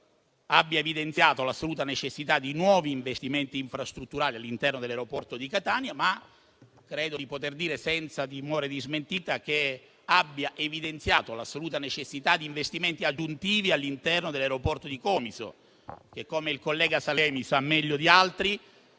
abbia evidenziato l'assoluta necessità di nuovi investimenti infrastrutturali all'interno dell'aeroporto di Catania, ma credo di poter dire, senza timore di smentita, che abbia evidenziato anche l'assoluta necessità di investimenti aggiuntivi all'interno dell'aeroporto di Comiso, che - come il collega Sallemi sa meglio di altri